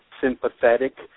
sympathetic